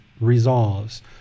resolves